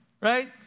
right